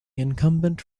incumbent